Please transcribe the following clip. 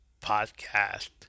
Podcast